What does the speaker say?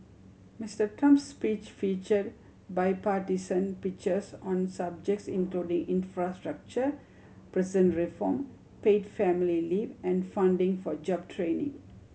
Mister Trump's speech feature bipartisan pitches on subjects including infrastructure prison reform paid family leave and funding for job training